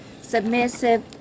submissive